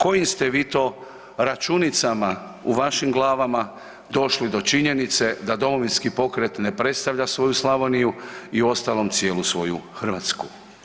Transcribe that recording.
Kojim ste vi to računicama u vašim glavama došli do činjenice da Domovinski pokret ne predstavlja svoju Slavoniju i u ostalom cijelu svoju Hrvatsku?